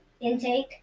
intake